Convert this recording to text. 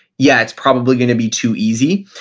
yeah it's probably going to be too easy.